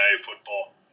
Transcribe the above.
football